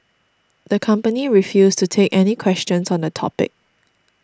the company refused to take any questions on the topic